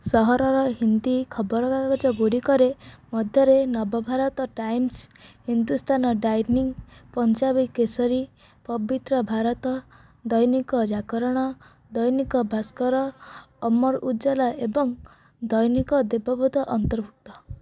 ସହରର ହିନ୍ଦୀ ଖବରକାଗଜଗୁଡ଼ିକ ମଧ୍ୟରେ ନବଭାରତ ଟାଇମ୍ସ ହିନ୍ଦୁସ୍ତାନ ଦୈନିକ ପଞ୍ଜାବ କେଶରୀ ପବିତ୍ର ଭାରତ ଦୈନିକ ଜାଗରଣ ଦୈନିକ ଭାସ୍କର ଅମର ଉଜାଲା ଏବଂ ଦୈନିକ ଦେବବୋଧ ଅନ୍ତର୍ଭୁକ୍ତ